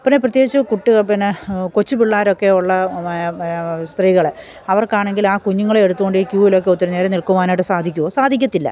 പിന്നെ പ്രത്യേകിച്ച് കുട്ട് പിന്നെ കൊച്ചു പിള്ളേർ ഒക്കെയുള്ള സ്ത്രീകൾ അവര്ക്കാണെങ്കിൽ ആ കുഞ്ഞുങ്ങളെ എടുത്തുകൊണ്ട് ഈ ക്യൂവിലൊക്കെ ഒത്തിരി നേരം നില്ക്കുവാനായിട്ട് സാധിക്കുമോ സാധിക്കില്ല